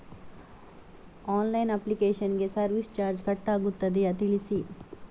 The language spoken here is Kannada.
ಆನ್ಲೈನ್ ಅಪ್ಲಿಕೇಶನ್ ಗೆ ಸರ್ವಿಸ್ ಚಾರ್ಜ್ ಕಟ್ ಆಗುತ್ತದೆಯಾ ತಿಳಿಸಿ?